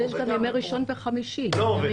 אבל יש גם ימי ראשון וחמישי פנויים.